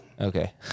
Okay